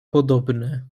podobne